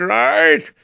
right